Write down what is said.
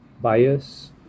bias